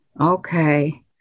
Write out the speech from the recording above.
Okay